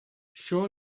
sure